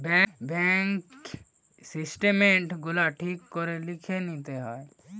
bank statement গুলা ঠিক করে লিখে লিতে হয়